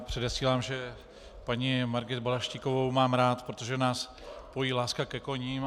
Předesílám, že paní Margit Balaštíkovou mám rád, protože nás pojí láska ke koním.